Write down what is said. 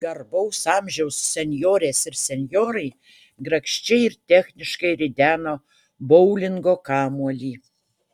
garbaus amžiaus senjorės ir senjorai grakščiai ir techniškai rideno boulingo kamuolį